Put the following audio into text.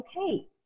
okay